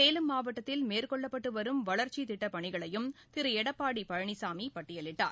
சேலம் மாவட்டத்தில் மேற்கொள்ளப்பட்டு வரும் வளர்ச்சித் திட்டப் பணிகளையும் திரு எடப்பாடி பழனிசாமி பட்டியலிட்டார்